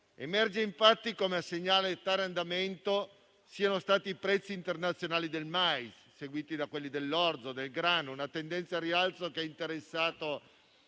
emerge infatti come a segnare tale andamento siano stati i prezzi internazionali del mais, seguiti da quelli dell'orzo e del grano. Si è trattato di una tendenza al rialzo che ha interessato